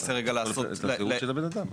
זה הזהות של הבן אדם.